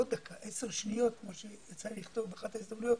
לא דקה אלא עשר שניות כמו שיצא לי לכתוב באחת ההזדמנויות,